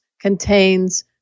contains